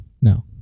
No